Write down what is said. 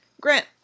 Grant